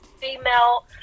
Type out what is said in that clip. female